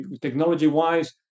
technology-wise